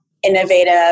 innovative